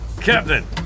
Captain